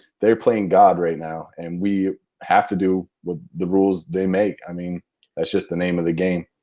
they're playing god right now and we have to do with the rules they make. i mean that's just the name of the game.